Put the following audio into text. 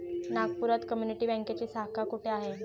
नागपुरात कम्युनिटी बँकेची शाखा कुठे आहे?